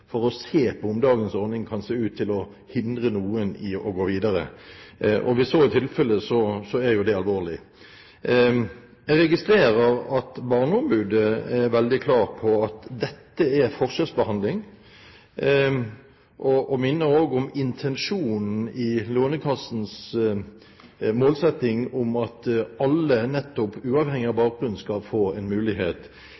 for å se på om dagens ordning kan hindre noen i å gå videre. Hvis så er tilfellet, er jo det alvorlig. Jeg registrerer at Barneombudet er veldig klar på at dette er forskjellsbehandling, og minner også om intensjonen i Lånekassens målsetting om at alle, nettopp uavhengig av